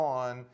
on